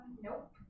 nope